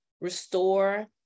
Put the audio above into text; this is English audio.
restore